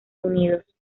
unidos